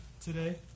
today